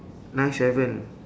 nine seven